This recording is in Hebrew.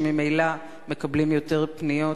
שממילא מקבלים יותר פניות,